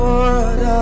Lord